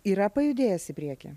yra pajudėjęs į priekį